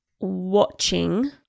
watching